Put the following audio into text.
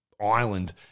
island